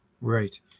right